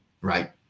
Right